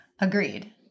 Agreed